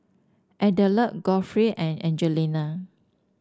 Adelard Godfrey and Angelina